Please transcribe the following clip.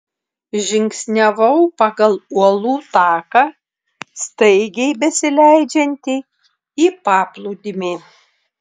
žingsniavau pagal uolų taką staigiai besileidžiantį į paplūdimį